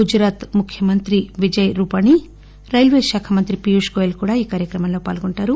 గుజరాత్ ముఖ్యమంత్రి విజయ్ రూపానీ రైల్వేశాఖ మంత్రి పీయూష్ గోయల్ ఈ కార్యక్రమంలో పాల్గొంటారు